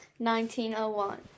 1901